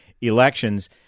elections